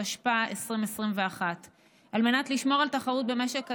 התשפ"א 2021. על מנת לשמור על תחרות במשק הדלק,